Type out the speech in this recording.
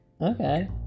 okay